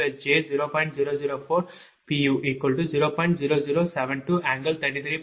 69° எனவே PL4 jQL40